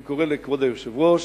אני קורא לכבוד היושב-ראש